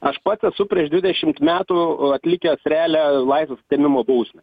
aš pats esu prieš dvidešimt metų atlikęs realią laisvės atėmimo bausmę